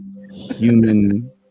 human